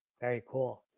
very cool.